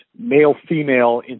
male-female